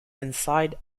inside